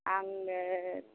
आंनो